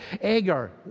Agar